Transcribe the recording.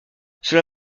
cela